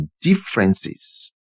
differences